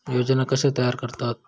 योजना कशे तयार करतात?